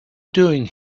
doing